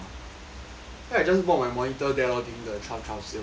then I just bought my monitor there lor during the twelve twelve sale